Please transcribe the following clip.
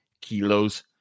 kilos